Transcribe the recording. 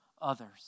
others